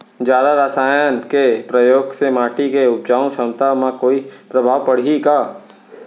जादा रसायन के प्रयोग से माटी के उपजाऊ क्षमता म कोई प्रभाव पड़ही का?